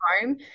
home